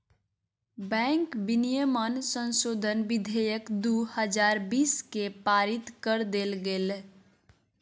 bank विनियमन संशोधन विधेयक दू हजार बीस के पारित कर देल गेलय